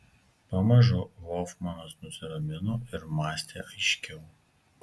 pamažu hofmanas nusiramino ir mąstė aiškiau